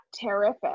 terrific